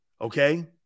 okay